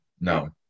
no